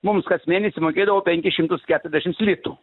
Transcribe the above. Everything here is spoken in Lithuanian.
mums kas mėnesį mokėdavo penkis šimtus keturiasdešimt litų